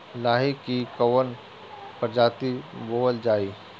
लाही की कवन प्रजाति बोअल जाई?